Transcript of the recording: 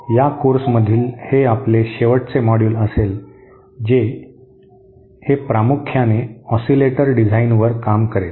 या कोर्समधील हे आपले शेवटचे मॉड्यूल असेल जे हे प्रामुख्याने ऑसीलेटर डिझाइनवर काम करेल